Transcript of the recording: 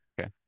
Okay